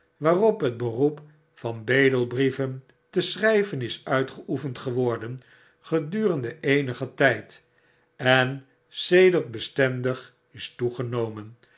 waarop het beroep van bedelbrieven te schryven is uitgeoefend geworden gedurende eenigen tyd en sedert bestendig is toegenomen